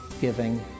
giving